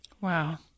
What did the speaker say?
Wow